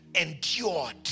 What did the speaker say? endured